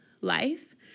life